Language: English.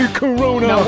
corona